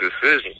decision